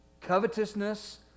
covetousness